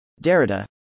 Derrida